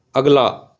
ਅਗਲਾ